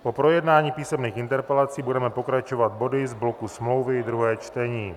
Po projednání písemných interpelací budeme pokračovat body z bloku smlouvy, druhé čtení.